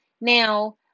now